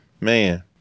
Man